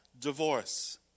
divorce